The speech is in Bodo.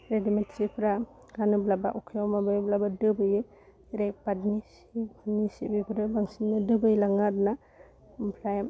रेडिमेद सिफ्रा गानोब्ला बा अखायाव माबायोब्लाबो दोबैयो रेबगार्दनि सिफोरनि सि बेफोरो बांसिन दोबै लाङो आरो ना ओमफ्राय